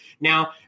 Now